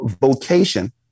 vocation